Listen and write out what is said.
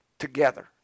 together